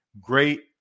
great